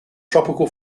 tropical